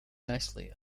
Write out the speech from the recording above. nicely